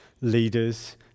leaders